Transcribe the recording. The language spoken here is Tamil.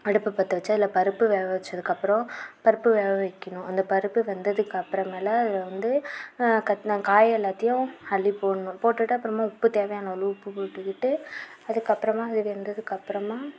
அடுப்பை பற்ற வச்சு அதில் பருப்பு வேக வச்சதுக்கப்பறம் பருப்பு வேக வைக்கணும் அந்த பருப்பு வெந்ததுக்கப்புற மேல் அதில் வந்து காய் எல்லாத்தையும் அள்ளி போடணும் போட்டுட்டு அப்புறமா உப்பு தேவையான அளவு உப்பு போட்டுக்கிட்டு அதுக்கப்புறமா அது வெந்ததுக்கப்புறமா